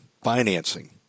financing